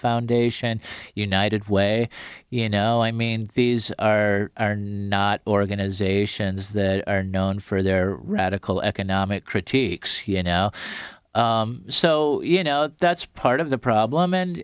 foundation united way you know i mean these are not organizations that are known for their radical economic critiques you know so you know that's part of the problem